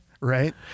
Right